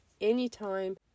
anytime